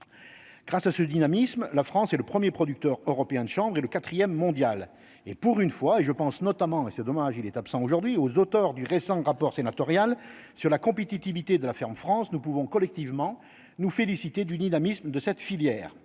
Grâce à ce dynamisme, la France est le 1er producteur européen de chambre et le 4ème mondial et pour une fois et je pense notamment, et c'est dommage, il est absent aujourd'hui aux auteurs du récent rapport sénatorial sur la compétitivité de la ferme France nous pouvons collectivement nous féliciter du dynamisme de cette filière